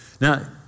Now